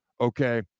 Okay